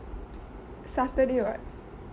saturday what